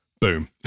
Boom